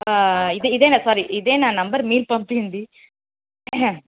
ఇది ఇదే నా సారీ ఇదే నా నంబర్ మీరు పంపెయ్యండి